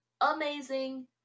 amazing